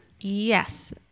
Yes